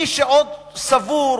מי שעוד סבור